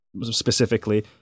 specifically